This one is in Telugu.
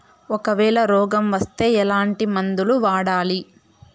ఒకవేల రోగం వస్తే ఎట్లాంటి మందులు వాడాలి?